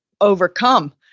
overcome